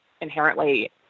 inherently